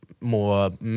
more